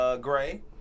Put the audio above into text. Gray